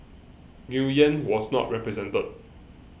Nguyen was not represented